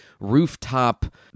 rooftop